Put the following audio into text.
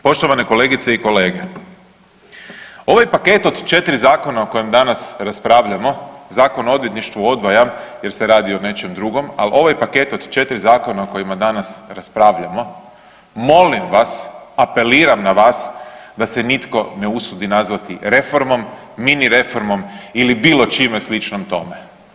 Poštovane kolegice i kolege, ovaj paket od 4 zakona o kojem danas raspravljamo, Zakon o odvjetništvu odvajam jer se radi o nečem drugom, ali ovaj paket od 4 zakona o kojima danas raspravljamo molim vas, apeliram na vas da se nitko ne usudi nazvati reformom, mini reformom ili bilo čime sličnom tome.